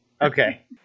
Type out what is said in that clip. Okay